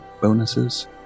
bonuses